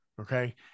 Okay